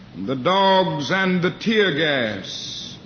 the dogs and the tear gas.